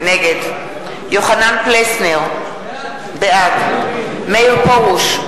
נגד יוחנן פלסנר, בעד מאיר פרוש,